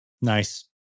Nice